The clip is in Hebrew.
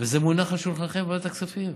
וזה מונח על שולחנכם בוועדת הכספים.